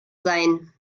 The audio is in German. sein